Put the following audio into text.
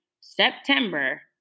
September